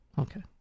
Okay